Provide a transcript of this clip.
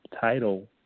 title